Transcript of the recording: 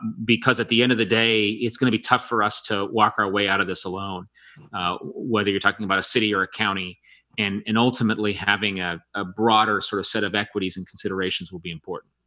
because at the end of the day it's going to be tough for us to walk our way out of this alone whether you're talking about a city or a county and and ultimately having ah a broader sort of set of equities and considerations will be important